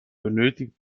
benötigt